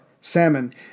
Salmon